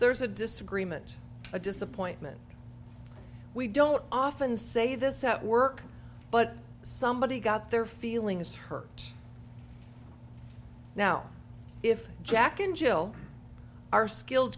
there's a disagreement a disappointment we don't often say this at work but somebody's got their feelings hurt now if jack and jill are skilled